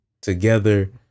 together